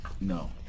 no